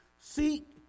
Seek